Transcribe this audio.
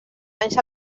anys